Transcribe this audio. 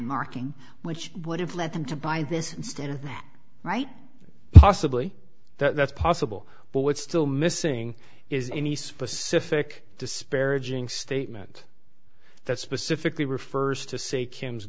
marking which would have led them to buy this instead of that right possibly that's possible but would still missing is any specific disparaging statement that specifically refers to say kim's